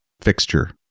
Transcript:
fixture